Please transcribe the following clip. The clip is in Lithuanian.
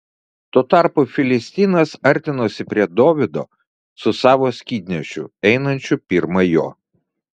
tuo tarpu filistinas artinosi prie dovydo su savo skydnešiu einančiu pirma jo